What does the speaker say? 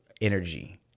energy